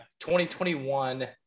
2021